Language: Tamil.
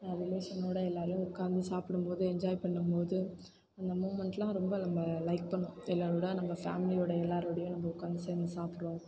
ரிலேஷனோடு எல்லோரும் உட்காந்து சாப்பிடும் போது என்ஜாய் பண்ணும் போது அந்த மூமெண்ட்லாம் ரொம்ப நம்ம லைக் பண்ணோம் எல்லாரோடு நம்ம ஃபேமிலியோடு எல்லோரோடயும் நம்ம உட்காந்து செஞ்சு சாப்பிட்றோம்